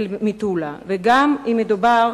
למטולה, וגם אם מדובר